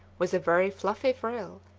with a very fluffy frill,